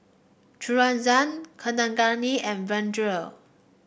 Kaneganti and Vedre